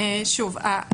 שוב,